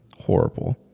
horrible